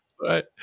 Right